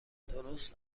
درست